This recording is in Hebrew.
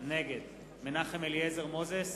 נגד מנחם אליעזר מוזס,